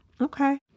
Okay